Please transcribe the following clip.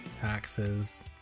taxes